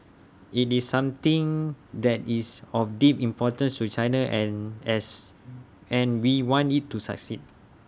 IT is something that is of deep importance to China and as and we want IT to succeed